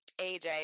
AJ